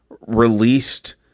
released